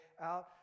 out